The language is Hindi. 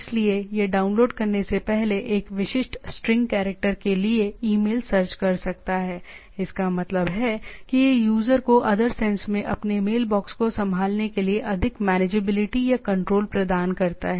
इसलिए यह डाउनलोड करने से पहले एक विशिष्ट स्ट्रिंग कैरेक्टर के लिए ईमेल सर्च कर सकता है इसका मतलब है कि यह यूजर को अदर सेंस में अपने मेलबॉक्स को संभालने के लिए अधिक मेनेजेबिलिटी या कंट्रोल प्रदान करता है